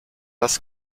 das